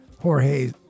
Jorge